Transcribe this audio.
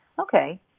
okay